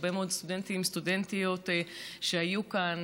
הרבה מאוד סטודנטים וסטודנטיות היו כאן.